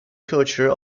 culture